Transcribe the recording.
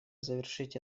завершить